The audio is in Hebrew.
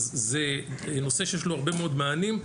אז זה נושא שיש לו הרבה מאד מענים,